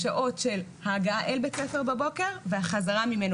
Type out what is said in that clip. השעות של ההגעה אל בית הספר בבוקר והחזרה ממנו